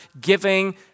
giving